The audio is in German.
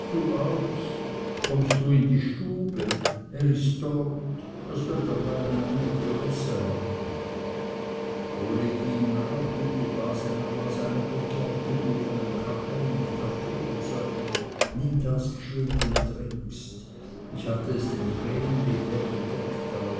aus komm du in die stube er ist dort es söll derweilen einer die rosse halten uli ging nach und die base nahm aus einer ecke auf dem ofen ein kacheli mit kaffee und sagte nimm das geschwind und trinks ich hatte es dem vreneli dänne